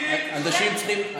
אנשים צריכים,